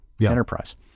enterprise